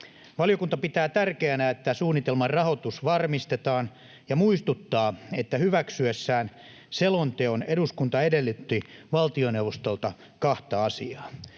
Valiokunta pitää tärkeänä, että suunnitelman rahoitus varmistetaan, ja muistuttaa, että hyväksyessään selonteon eduskunta edellytti valtioneuvostolta kahta asiaa: